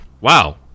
wow